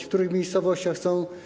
W których miejscowościach one są?